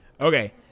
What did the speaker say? Okay